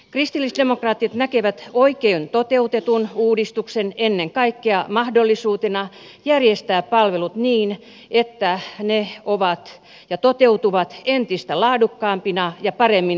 kristillisdemokraatit näkevät oikein toteutetun uudistuksen ennen kaikkea mahdollisuutena järjestää palvelut niin että ne ovat ja toteutuvat entistä laadukkaampina ja paremmin saavutettavina